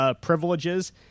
privileges